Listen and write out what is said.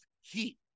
heat